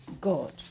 God